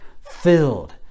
filled